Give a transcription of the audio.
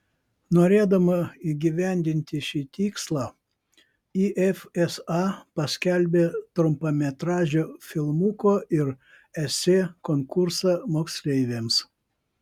norėdama įgyvendinti šį tikslą if sa paskelbė trumpametražio filmuko ir esė konkursą moksleiviams